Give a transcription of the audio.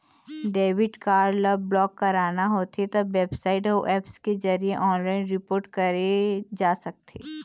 debit card ल block कराना होथे त बेबसाइट अउ ऐप्स के जरिए ऑनलाइन रिपोर्ट करे जा सकथे